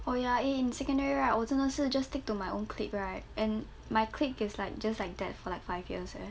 oh ya eh in secondary right 我真的是 just stick to my own clique right and my clique is like just like that for like five years eh